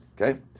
Okay